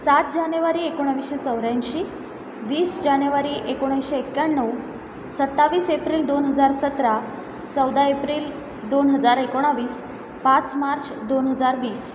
सात जानेवारी एकोणवीसशे चौऱ्याऐंशी वीस जानेवारी एकोणीसशे एक्याण्णव सत्तावीस एप्रिल दोन हजार सतरा चौदा एप्रिल दोन हजार एकोणवीस पाच मार्च दोन हजार वीस